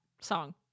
song